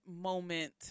moment